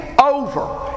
over